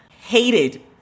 hated